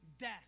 death